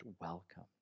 welcome